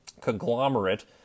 conglomerate